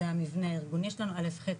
זה המבנה הארגוני א עד ח,